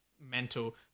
mental